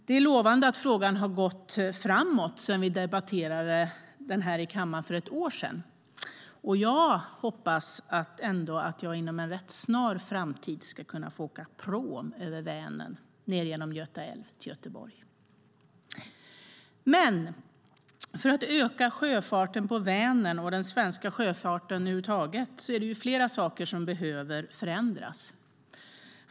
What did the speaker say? Det är lovande att frågan har gått framåt sedan vi debatterade den i kammaren för ett år sedan, och jag hoppas att jag inom en rätt snar framtid ska kunna åka pråm över Vänern ned genom Göta älv till Göteborg. För att öka sjöfarten på Vänern och den svenska sjöfarten över huvud taget är det flera saker som behöver förändras.